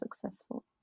successful